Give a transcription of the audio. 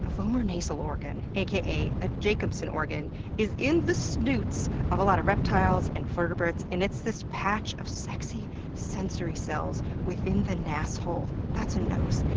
a vomeronasal organ aka a a jacobsen organ is in the snoots of a lot reptiles and vertebrates and it's this patch of sexy sensory cells within the nasshole. that's a nose,